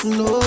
no